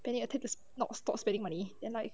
panic attack is not stop spending money but like